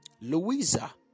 Louisa